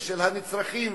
ושל הנצרכים,